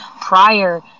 prior